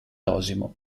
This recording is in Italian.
osimo